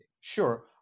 sure